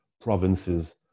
provinces